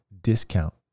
discount